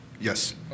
Yes